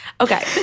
okay